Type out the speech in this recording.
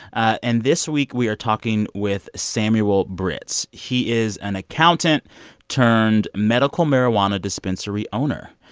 and this week, we are talking with samuel britz. he is an accountant turned medical marijuana dispensary owner.